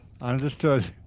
Understood